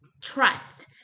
trust